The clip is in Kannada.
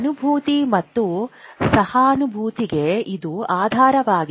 ಅನುಭೂತಿ ಮತ್ತು ಸಹಾನುಭೂತಿಗೆ ಇದು ಆಧಾರವಾಗಿದೆ